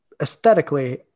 aesthetically